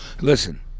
Listen